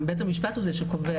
בית המשפט הוא זה שקובע.